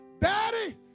Daddy